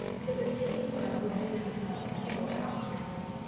so this team was made up of of people across campus.